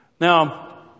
Now